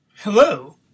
Hello